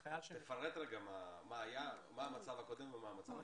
תפרט מה המצב הקודם ומה המצב היום.